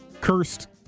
cursed